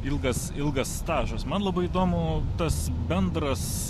ilgas ilgas stažas man labai įdomu tas bendras